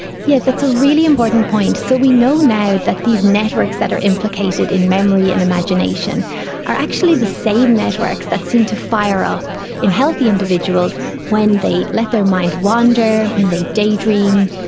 yes, that's a really important point. so we know now that these networks that are implicated in memory and imagination are actually the same networks that seem to fire up in healthy individuals when they let their mind wander, when they daydream,